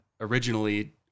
originally